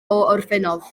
orffennaf